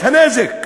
את הנזק.